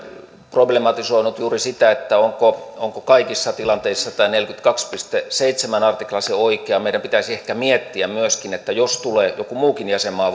problematisoinut juuri sitä onko kaikissa tilanteissa tämä neljäkymmentäkaksi piste seitsemäs artikla se oikea meidän pitäisi ehkä miettiä myöskin että jos tulee joku muukin jäsenmaa